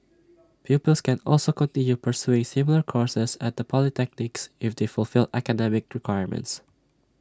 pupils can also continue pursuing similar courses at the polytechnics if they fulfil academic requirements